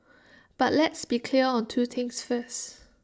but let's be clear on two things first